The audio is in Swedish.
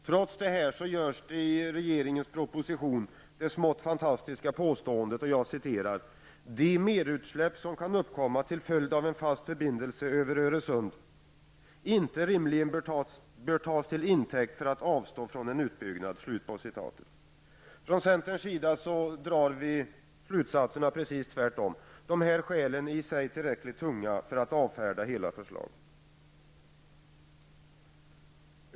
Trots detta görs i propositionen det smått fantastiska påståendet att ''de merutsläpp som kan uppkomma till följd av en fast förbindelse över Öresund inte rimligen bör tas till intäkt för att avstå från en utbyggnad''. Centerns slutsatser är precis tvärtom. Dessa skäl är i sig tillräckligt tunga för att avfärda hela förslaget.